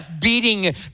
Beating